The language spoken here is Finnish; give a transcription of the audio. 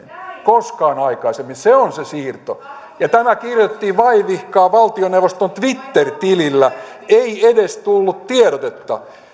koskaan aikaisemmin se on se siirto ja tämä kirjoitettiin vaivihkaa valtioneuvoston twitter tilillä ei edes tullut tiedotetta